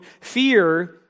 fear